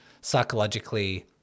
psychologically